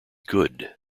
good